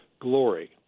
glory